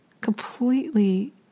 Completely